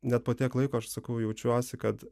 net po tiek laiko aš sakau jaučiuosi kad